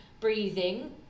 breathing